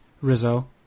Rizzo